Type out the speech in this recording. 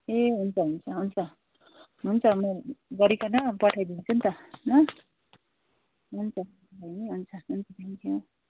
ए हुन्छ हुन्छ हुन्छ हुन्छ म गरिकन पठाइदिन्छु नि त ल हुन्छ बैनी हुन्छ